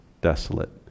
desolate